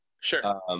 Sure